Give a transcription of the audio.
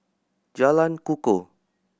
Jalan Kukoh